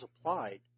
applied